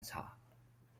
调查